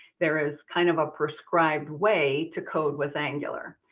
there is kind of a prescribed way to code with angular.